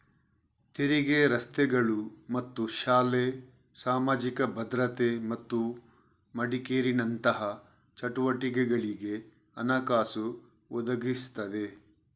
ತೆರಿಗೆ ರಸ್ತೆಗಳು ಮತ್ತು ಶಾಲೆ, ಸಾಮಾಜಿಕ ಭದ್ರತೆ ಮತ್ತು ಮೆಡಿಕೇರಿನಂತಹ ಚಟುವಟಿಕೆಗಳಿಗೆ ಹಣಕಾಸು ಒದಗಿಸ್ತದೆ